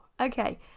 Okay